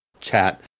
chat